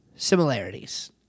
Similarities